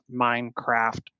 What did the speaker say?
Minecraft